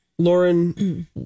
Lauren